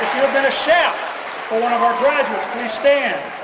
been a chef for one of our graduates please stand.